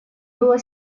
была